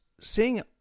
seeing